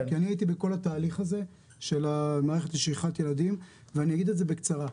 אני הייתי בכל התהליך הזה של המערכת לשכחת ילדים ואני אגיד את זה בקצרה.